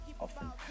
often